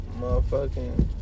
motherfucking